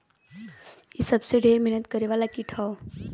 इ सबसे ढेर मेहनत करे वाला कीट हौ